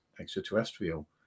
extraterrestrial